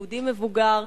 יהודי מבוגר,